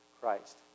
Christ